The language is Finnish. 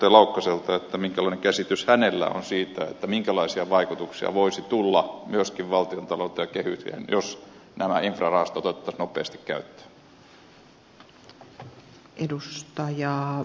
laukkaselta minkälainen käsitys hänellä on siitä minkälaisia vaikutuksia voisi tulla myöskin valtiontalouteen ja kehykseen jos nämä infrarahastot otettaisiin nopeasti käyttöön